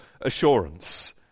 assurance